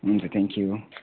हुन्छ थ्याङ्क्यु